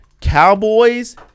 Cowboys